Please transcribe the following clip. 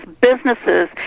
businesses